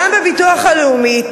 גם בביטוח הלאומי,